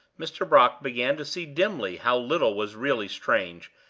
mr. brock began to see dimly how little was really strange,